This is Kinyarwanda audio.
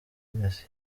knowless